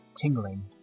tingling